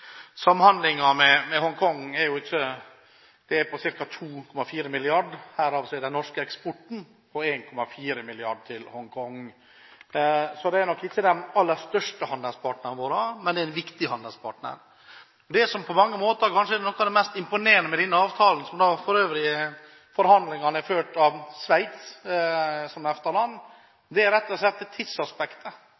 næringsliv. Samhandlingen med Hongkong er på ca. 2,4 mrd. kr. Av dette er den norske eksporten til Hongkong på 1,4 mrd. kr, så det er ikke den aller største handelspartneren vår. Men det er en viktig handelspartner. Det som på mange måter er det mest imponerende med denne avtalen – der forhandlingene for øvrig er ført av EFTA-landet Sveits